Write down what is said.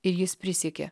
ir jis prisiekė